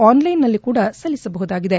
on line ನಲ್ಲೂ ಕೂಡ ಸಲ್ಲಿಸಬಹುದಾಗಿದೆ